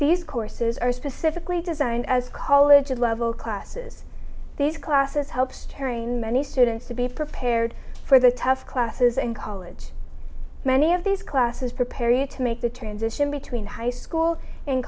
these courses are specifically designed as college level classes these classes helps tearing many students to be prepared for the tough classes in college many of these classes prepare you to make the transition between high school and